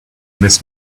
miss